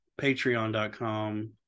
Patreon.com